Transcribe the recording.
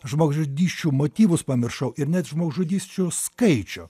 žmogžudysčių motyvus pamiršau ir net žmogžudysčių skaičių